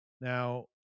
Now